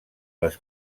les